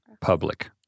public